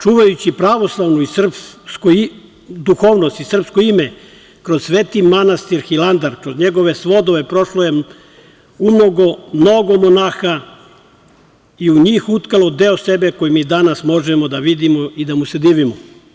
Čuvajući pravoslavnu duhovnost i srpsko ime, kroz Sveti manastir Hilandar, kroz njegove svodove prošlo je mnogo monaha i u njih utkalo deo sebe koji mi danas možemo da vidimo i da mu se divimo.